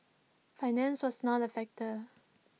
finance was not A factor